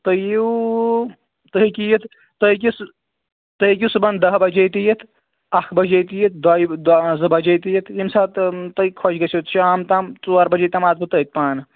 تُہۍ یِیِو تُہۍ ہیٚکِو یَتھ تُہۍ ہیٚکِو سُہ تُہۍ ہیٚکِو صُبَحن دہ بَجے تہِ یِتھ اَکھ بِجے تہِ یِتھ دۄیہِ دۅے زٕ بَجے تہِ یِتھ ییٚمہِ ساتہٕ تۄہہِ خۄش گَژھِ شام تام ژور بَجے تام آسہٕ بہٕ تٔتۍ پانہٕ